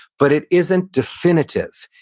but it isn't definitive.